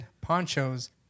ponchos